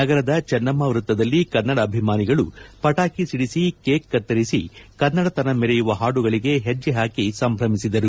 ನಗರದ ಚೆನ್ನಮ್ನ ವೃತ್ತದಲ್ಲಿ ಕನ್ನಡಾಭಿಮಾನಿಗಳು ಪಟಾಕಿ ಸಿಡಿಸಿ ಕೇಕ್ ಕತ್ತರಿಸಿ ಕನ್ನಡತನ ಮೆರೆಯುವ ಹಾಡುಗಳಿಗೆ ಹೆಜ್ಜೆ ಹಾಕಿ ಸಂಭ್ರಮಿಸಿದರು